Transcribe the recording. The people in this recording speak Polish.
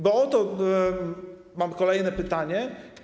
Bo o to mam kolejne pytanie.